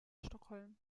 stockholm